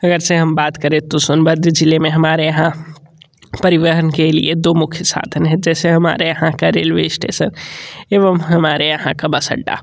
अगर से हम बात करें तो सोनभद्र ज़िले में हमारे यहाँ परिवहन के लिए दो मुख्य साधन हैं जैसे हमारे यहाँ का रेलवे श्टेसन एवं हमारे यहाँ का बस अड्डा